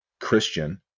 Christian